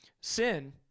Sin